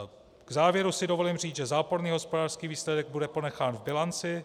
V závěru si dovolím říct, že záporný hospodářský výsledek bude ponechán v bilanci.